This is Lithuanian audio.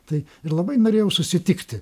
tai ir labai norėjau susitikti